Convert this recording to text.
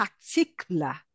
particular